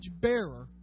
bearer